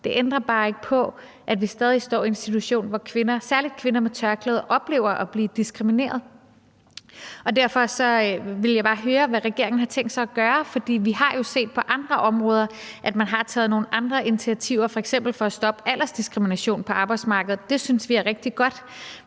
Det ændrer bare ikke på, at vi stadig står i en situation, hvor særlig kvinder med tørklæde oplever at blive diskrimineret. Derfor vil jeg bare høre, hvad regeringen har tænkt sig at gøre, for vi har jo set på andre områder, at man har taget nogle andre initiativer, f.eks. for at stoppe aldersdiskrimination på arbejdsmarkedet. Det synes vi er rigtig godt.